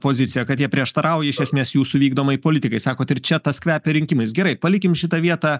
poziciją kad jie prieštarauja iš esmės jūsų vykdomai politikai sakot ir čia tas kvepia rinkimais gerai palikim šitą vietą